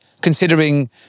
considering